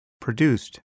produced